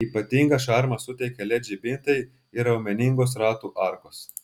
ypatingą šarmą suteikia led žibintai ir raumeningos ratų arkos